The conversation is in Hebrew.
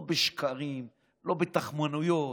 לא בשקרים, לא בתחמנויות,